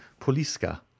Poliska